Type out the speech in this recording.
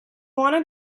wanted